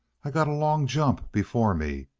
i got a long jump before me.